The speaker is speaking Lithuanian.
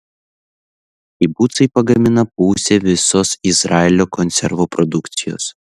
kibucai pagamina pusę visos izraelio konservų produkcijos